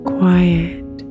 Quiet